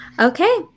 Okay